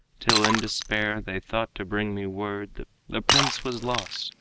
till in despair they thought to bring me word the prince was lost,